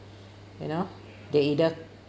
you know they either